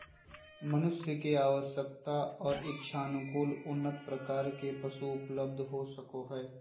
मनुष्य के आवश्यकता और इच्छानुकूल उन्नत प्रकार के पशु उपलब्ध हो सको हइ